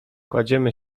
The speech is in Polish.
kładziemy